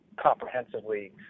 comprehensively